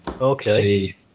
okay